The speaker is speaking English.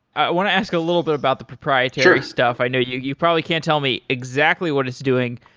i want to ask a little bit about the propriety stuff. i know you you probably can't tell me exactly what it's doing.